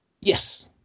Yes